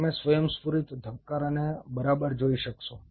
તમે સ્વયંસ્ફુરિત ધબકારાને બરાબર જોઈ શકશો